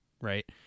right